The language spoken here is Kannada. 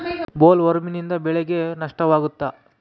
ಬೊಲ್ವರ್ಮ್ನಿಂದ ಬೆಳೆಗೆ ನಷ್ಟವಾಗುತ್ತ?